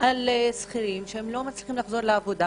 על שכירים שלא מצליחים לחזור לעבודה